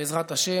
בעזרת השם.